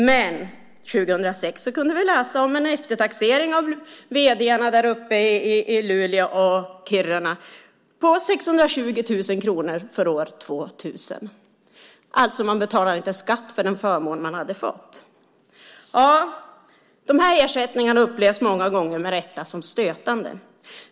Men 2006 kunde vi läsa om en eftertaxering av vd:arna däruppe i Luleå och Kiruna på 620 000 kronor för år 2000. Man betalade alltså inte skatt för den förmån man hade fått. De här ersättningarna upplevs många gånger med rätta som stötande.